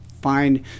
find